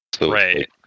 Right